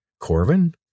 Corvin